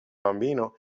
bambino